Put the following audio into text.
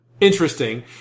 interesting